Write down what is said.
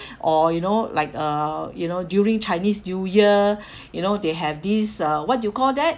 or you know like uh you know during chinese new year you know they have this uh what you call that